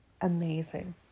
Amazing